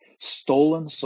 stolen